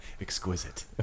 exquisite